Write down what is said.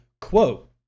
Quote